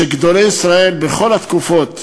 וגדולי ישראל בכל התקופות